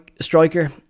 striker